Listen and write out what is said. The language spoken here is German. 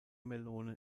melone